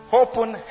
open